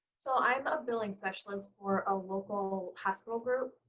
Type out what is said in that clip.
so i'm a billing specialist for a local hospital group.